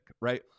right